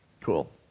Cool